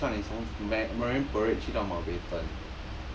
他们 only 算你从 ma~ marine parade 去到 mountbatten